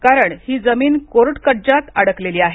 कारण ही जमीन कोर्टकज्ज्यात अडकलेली आहे